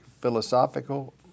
philosophical